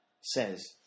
says